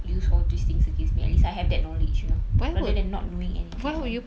use all these things against me at least I have that knowledge you know rather than not knowing anything at all